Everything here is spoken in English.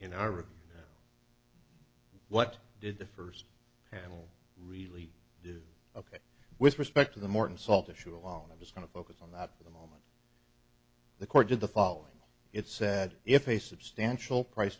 in our what did the first panel really do of it with respect to the morton salt issue along i was going to focus on that for the moment the court did the following it said if a substantial price